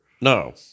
No